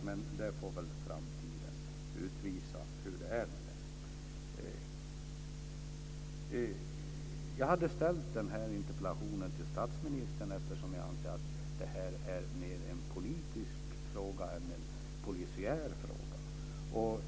Men framtiden får väl utvisa hur det är med det. Jag hade ställt den här interpellationen till statsministern eftersom jag anser att det här är mer en politisk fråga än en polisiär fråga.